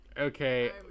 Okay